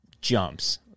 jumps